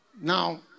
Now